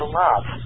love